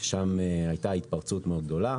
הייתה התפרצות מאוד גדולה.